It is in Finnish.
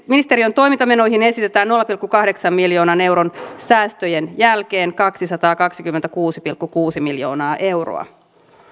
ministeriön toimintamenoihin esitetään nolla pilkku kahdeksan miljoonan euron säästöjen jälkeen kaksisataakaksikymmentäkuusi pilkku kuusi miljoonaa euroa